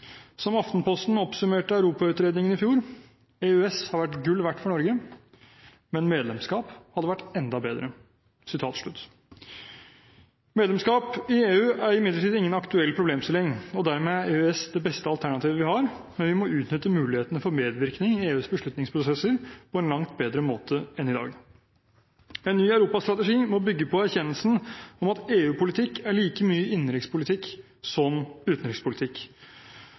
Som Aftenposten oppsummerte Europautredningen i fjor: «EØS har vært gull verd for norsk økonomi, men medlemskap ville vært enda mer lønnsomt.» Medlemskap i EU er imidlertid ingen aktuell problemstilling, og dermed er EØS det beste alternativet vi har. Men vi må utnytte muligheten for medvirkning i EUs beslutningsprosesser på en langt bedre måte enn i dag. En ny europastrategi må bygge på erkjennelsen av at EU-politikk er like mye innenrikspolitikk som utenrikspolitikk.